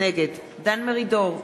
נגד דן מרידור,